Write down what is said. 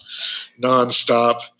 nonstop